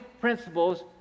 principles